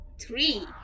Three